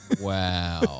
Wow